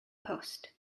post